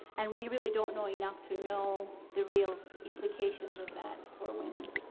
and we really don't know enough to know the real implications of that for women.